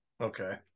Okay